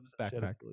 backpack